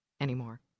anymore